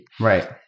Right